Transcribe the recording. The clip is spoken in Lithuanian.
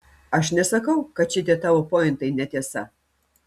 aš nesakau kad šitie tavo pointai netiesa